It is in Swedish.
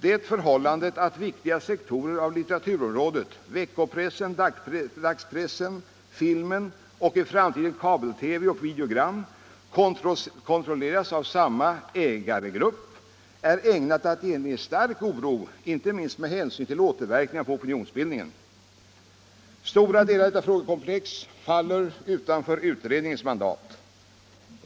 Det förhållandet att viktiga sektorer av litteraturområdet, veckopressen, dagspressen, filmen och i framtiden kabel-TV och videogram kontrolleras av samma ägargrupp är ägnat att inge stark oro, inte minst med hänsyn till återverkningarna på opinionsbildningen. Stora delar av detta frågekomplex faller utanför utredningens mandat.